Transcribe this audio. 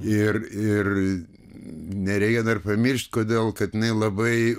ir ir nereikia dar pamiršt kodėl kad jinai labai